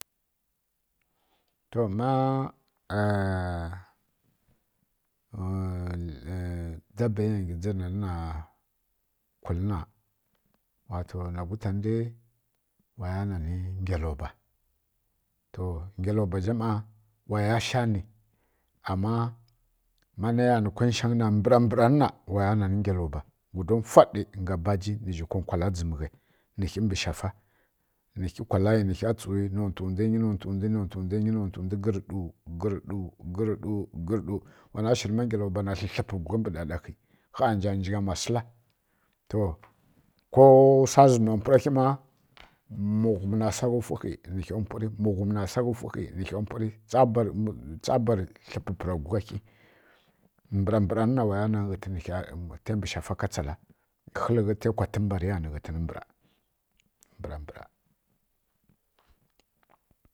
To ma dabbai ya dzǝri nani na kwuli na wato na gwutanǝ dau waya nani ngyaloba to ngyaloba zha ˈmna waya sha ni ama ma naiya nǝ kwaishangyǝ na mbǝra mbran na waya naǝ ngaloba guda mfwaɗi nga baji nǝzhi kwankwala dzimǝghai nǝ khi mbǝ shafa nǝ nkha tsu nontǝ ndwa nyi nontǝ ndwi nontǝ ndwa nyi nontǝ ndwi nontǝ ndwa nyi nontǝ ndwi gǝgǝrɗu gǝrɗu gǝrɗu gǝrɗu gǝrɗu gǝrɗu wana shǝri ma ngyaloba na tlǝtlǝbǝ guglǝ ri sosai kha njanjaghamwa sǝla to ko wsa zǝma khi ma saghǝ na saghǝ wfwu kha nǝkha mpwuri mu ghumǝ nǝ kha saghǝ wfwu kha nǝ kha mpwuri tsabari tlǝpǝpǝra gugla khi mbǝra mbǝranna waya nanǝ ghǝntǝn tai mbǝ shafa ka tsala hǝlǝghi tai kwa tǝmba rǝya tla ghǝntǝn mbǝra, mbǝra mbǝra